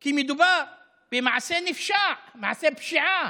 כי מדובר במעשה נפשע, מעשה פשיעה,